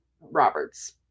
Robert's